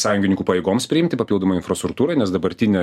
sąjungininkų pajėgoms priimti papildomai infrastruktūrai nes dabartiniai